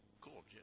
cool